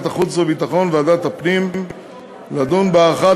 החוץ והביטחון וועדת הפנים והגנת הסביבה לדון בהארכת